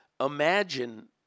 imagine